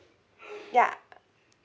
ya